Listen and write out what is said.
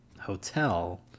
hotel